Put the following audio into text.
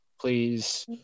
please